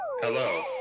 hello